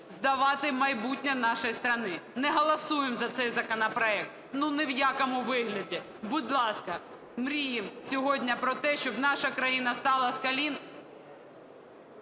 здавати майбутнє нашей страны. Не голосуємо за цей законопроект ні в якому вигляді, будь ласка. Мріємо сьогодні про те, щоб наша країна встала з колін…